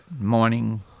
mining